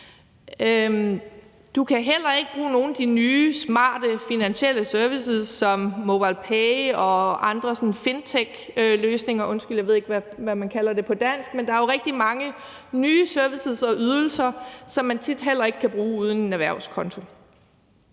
Du kan heller ikke bruge nogle af de nye smarte finansielle servicer som MobilePay og andre sådan fintechløsninger – undskyld, jeg ved ikke, hvad man kalder det på dansk. Men der er jo rigtig mange nye servicer og ydelser, som man tit heller ikke kan bruge uden en erhvervskonto.